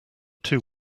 two